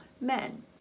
men